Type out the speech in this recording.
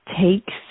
takes